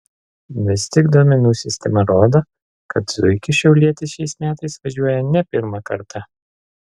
vis tik duomenų sistema rodo kad zuikiu šiaulietis šiais metais važiuoja ne pirmą kartą